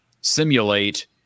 simulate